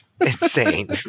Insane